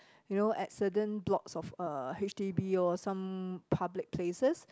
you know at certain blocks of uh H_D_B or some public places